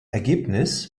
ergebnis